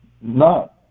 No